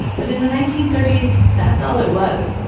but in the nineteen thirty s that's all it was,